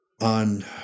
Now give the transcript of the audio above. on